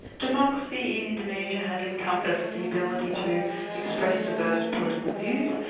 democracy in indonesia has encompassed the ability to express diverse political views,